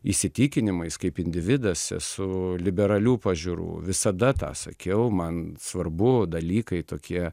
įsitikinimais kaip individas esu liberalių pažiūrų visada tą sakiau man svarbu dalykai tokie